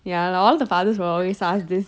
ya loh all the fathers will always ask this